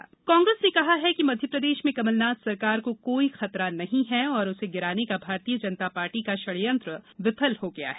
कमलनाथ सरकार कांग्रेस ने कहा है कि मध्यप्रदेश में कमलनाथ सरकार को कोई खतरा नहीं है और उसे गिराने का भारतीय जनता पार्टी का षड़यंत्र विफल हो गया है